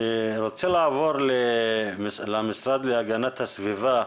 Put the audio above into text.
אני רוצה לעבור למשרד להגנת הסביבה,